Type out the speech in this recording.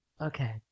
Okay